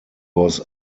was